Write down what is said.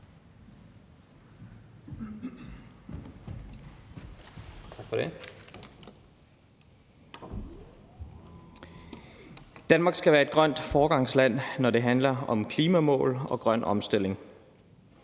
Danmark skal være et grønt foregangsland, når det handler om klimamål og grøn omstilling.